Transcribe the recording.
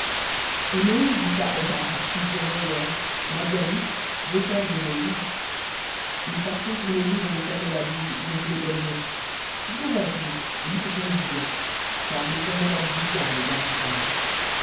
et moïse dit à hobab fils de rehuel madianite beau-père de moïse nous partons pour le lieu dont l'éternel a dit je vous le donnerai viens avec nous et nous te ferons du bien car l'éternel a dit du bien à l'égard d'israël